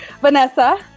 Vanessa